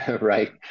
right